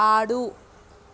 ఆడు